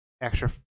extra